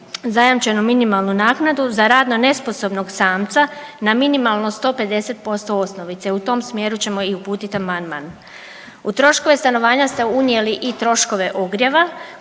zajamčenu minimalnu naknadu za radno nesposobnog samca na minimalno 150% osnovice. U tom smjeru ćemo i uputit amandman. U troškove stanovanja ste unijeli i troškove ogrjeva